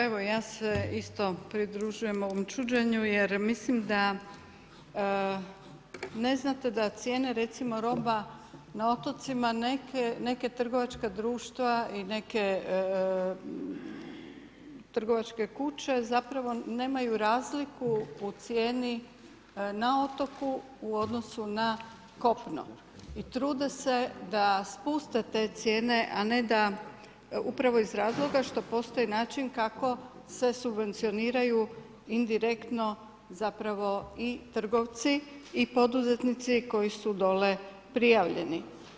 Evo ja se isto pridružujem ovom čuđenju jer mislim da ne znate da cijene recimo roba na otocima neka trgovačka društva i neke trgovačke kuće zapravo nemaju razliku u cijeni na otoku u odnosu na kopno i trude se da spuste te cijene a ne da, upravo iz razloga što postoji način kako se subvencioniraju indirektno zapravo i trgovci i poduzetnici koji su dolje prijavljeni.